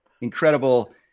incredible